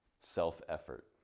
self-effort